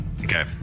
Okay